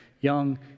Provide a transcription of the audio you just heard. young